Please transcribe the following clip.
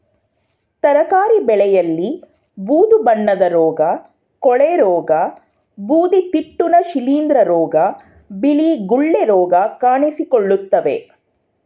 ತರಕಾರಿ ಬೆಳೆಯಲ್ಲಿ ಬೂದು ಬಣ್ಣದ ರೋಗ, ಕೊಳೆರೋಗ, ಬೂದಿತಿಟ್ಟುನ, ಶಿಲಿಂದ್ರ ರೋಗ, ಬಿಳಿ ಗುಳ್ಳೆ ರೋಗ ಕಾಣಿಸಿಕೊಳ್ಳುತ್ತವೆ